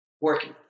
working